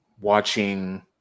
watching